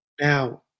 Now